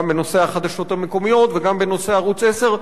בנושא החדשות המקומיות וגם בנושא ערוץ-10.